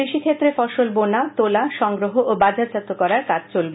কৃষিক্ষেত্রে ফসল বোনা তোলা সংগ্রহ ও বাজারজাত করার কাজ চলবে